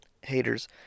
haters